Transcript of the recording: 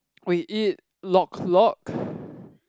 we eat Lok Lok